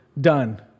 done